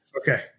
Okay